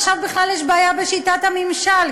עכשיו בכלל יש בעיה בשיטת הממשל,